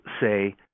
say